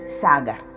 Sagar